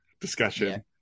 discussion